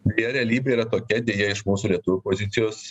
deja realybė yra tokia deja iš mūsų lietuvių pozicijos